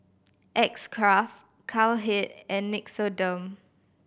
X Craft Cowhead and Nixoderm